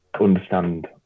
understand